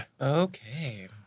Okay